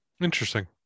Interesting